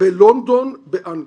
ששון בלונדון, באנגליה'.